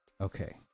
Okay